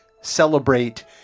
celebrate